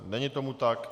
Není tomu tak.